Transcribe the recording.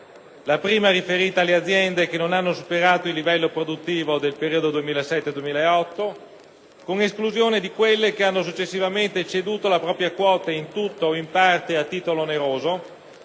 la prima riferita alle aziende che non hanno superato il livello produttivo del periodo 2007-2008, con l'esclusione di quelle che hanno successivamente ceduto la propria quota in tutto o in parte a titolo oneroso,